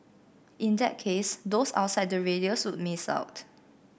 in that case those outside the radius would miss out